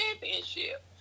championship